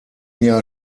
jahr